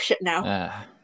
now